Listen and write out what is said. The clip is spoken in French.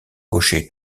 gaucher